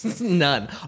None